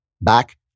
back